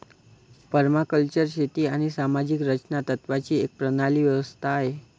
permaculture शेती आणि सामाजिक रचना तत्त्वांची एक प्रणाली व्यवस्था आहे